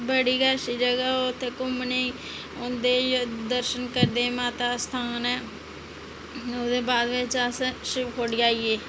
बड़ी गै अच्छी जगह ओह् उत्थै घुम्मने गी औंदे दर्शन करने गी माता दा स्थान ऐ ओह्दे बाद अस शिवखोड़ी आइये